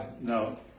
No